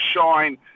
shine